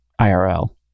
IRL